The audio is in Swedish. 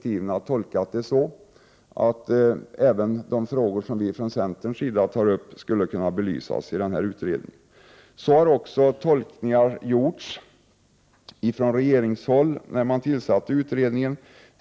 Vi tolkar direktiven så, att även de frågor som vi i centern tar upp skulle kunna belysas i utredningen. Sådana tolkningar har också gjorts från regeringshåll när utredningen tillsattes.